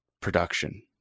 production